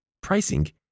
pricing